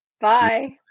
Bye